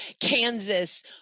Kansas